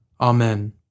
Amen